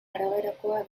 araberakoa